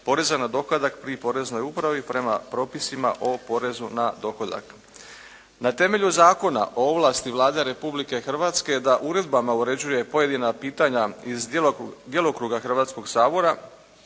poreza na dohodak pri Poreznoj upravi prema propisima o porezu na dohodak. Na temelju Zakona o ovlasti Vlade Republke Hrvatske da uredbama uređuje pojedina pitanja iz djelokruga Hrvatskoga sabora.